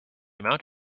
amount